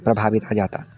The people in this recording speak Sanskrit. प्रभाविता जाता